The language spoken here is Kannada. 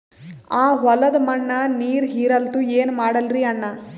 ಆ ಹೊಲದ ಮಣ್ಣ ನೀರ್ ಹೀರಲ್ತು, ಏನ ಮಾಡಲಿರಿ ಅಣ್ಣಾ?